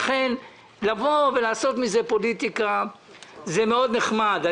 לכן לבוא ולעשות מזה פוליטיקה זה נחמד מאוד,